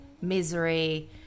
misery